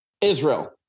Israel